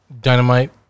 Dynamite